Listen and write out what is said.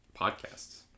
podcasts